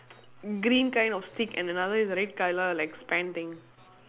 green kind of stick and another is red colour like thing